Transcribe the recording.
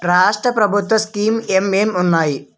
రాష్ట్రం ప్రభుత్వ స్కీమ్స్ ఎం ఎం ఉన్నాయి?